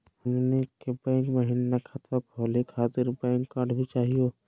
हमनी के बैंको महिना खतवा खोलही खातीर पैन कार्ड भी चाहियो?